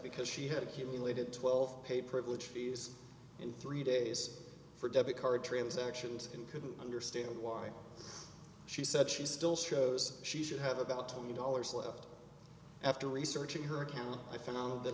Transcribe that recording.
because she had accumulated twelve paid privilege fees in three days for debit card transactions and couldn't understand why she said she still shows she should have about twenty dollars left after researching her account i found that